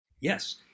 Yes